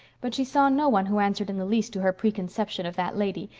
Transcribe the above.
but she saw no one who answered in the least to her preconception of that lady,